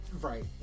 Right